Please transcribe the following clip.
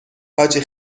حاجی